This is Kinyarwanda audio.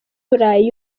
burayi